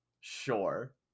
sure